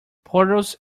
portals